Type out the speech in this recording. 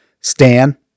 Stan